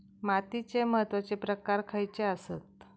मातीचे महत्वाचे प्रकार खयचे आसत?